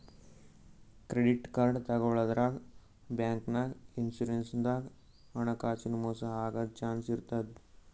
credit card ತಗೋಳಾದ್ರಾಗ್, ಬ್ಯಾಂಕ್ನಾಗ್, insurance ದಾಗ್ ಹಣಕಾಸಿನ್ ಮೋಸ್ ಆಗದ್ ಚಾನ್ಸ್ ಇರ್ತದ್